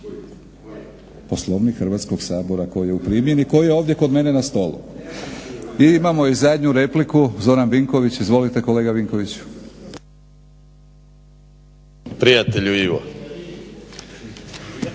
Poslovnik Hrvatskog sabora koji je u primjeni, koji je ovdje kod mene na stolu. I imamo i zadnju repliku, Zoran Vinković. Izvolite. **Vinković, Zoran